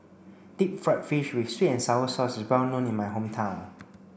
deep fried fish with sweet and sour sauce is well known in my hometown